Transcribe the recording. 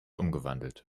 umgewandelt